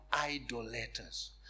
idolaters